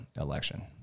election